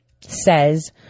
says